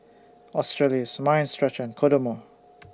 Australis Mind Stretcher and Kodomo